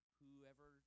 whoever